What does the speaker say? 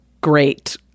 great